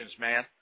man